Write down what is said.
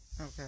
Okay